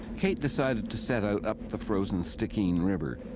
kate decided to set out up the frozen stikine river,